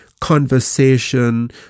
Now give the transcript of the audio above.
conversation